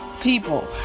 people